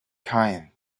kind